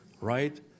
right